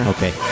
Okay